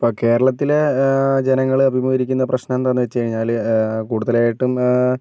ഇപ്പോൾ കേരളത്തിലെ ജനങ്ങൾ അഭിമുഖീകരിക്കുന്ന പ്രശ്നം എന്താണെന്ന് വെച്ച് കഴിഞ്ഞാൽ കൂടുതലായിട്ടും